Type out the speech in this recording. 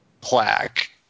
Plaque